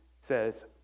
says